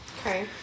Okay